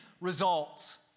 results